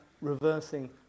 reversing